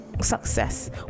Success